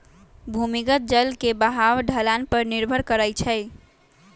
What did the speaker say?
भूमिगत जल के बहाव ढलान पर निर्भर करई छई